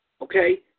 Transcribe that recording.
okay